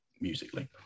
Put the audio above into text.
musically